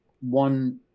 one